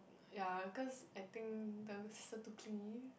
ya cause I think the sister too clingy